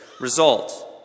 result